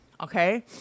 Okay